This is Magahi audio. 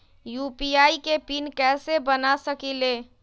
यू.पी.आई के पिन कैसे बना सकीले?